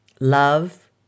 love